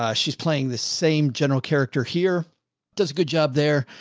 ah she's playing the same general character here does a good job there.